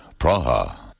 Praha